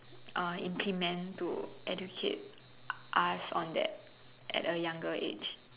uh implement to educate us on that at a younger age